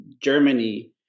Germany